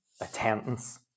attendance